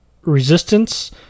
Resistance